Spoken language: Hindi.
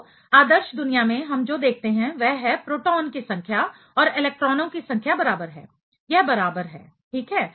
तो आदर्श दुनिया में हम जो देखते हैं वह है प्रोटॉन की संख्या और इलेक्ट्रॉनों की संख्या बराबर है यह बराबर है ठीक है